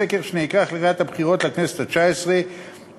בסקר שנערך לקראת הבחירות לכנסת התשע-עשרה